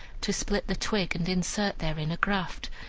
to split the twig and insert therein a graft,